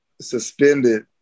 suspended